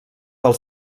del